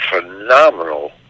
phenomenal